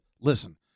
listen